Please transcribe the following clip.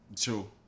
True